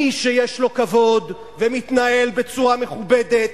מי שיש לו כבוד ומתנהל בצורה מכובדת,